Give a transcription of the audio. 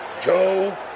Joe